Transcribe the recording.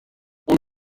اون